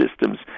systems